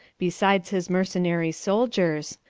besides his mercenary soldiers,